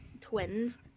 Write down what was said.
twins